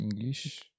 English